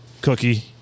Cookie